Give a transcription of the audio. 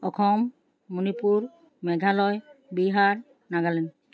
Assam Manipur Meghalaya Bihar Nagaland